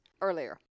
earlier